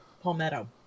palmetto